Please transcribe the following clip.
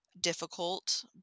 difficult